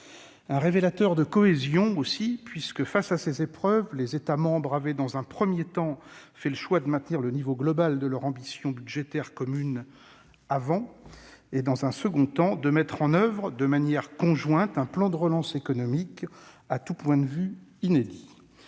un révélateur de cohésion puisque face à ces épreuves, les États membres avaient dans un premier temps fait le choix de maintenir le niveau global de leur ambition budgétaire commune, avant, dans un second temps, de mettre en oeuvre de manière conjointe un plan de relance économique à tout point de vue inédit.